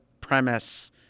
premise